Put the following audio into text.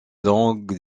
langue